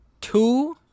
Two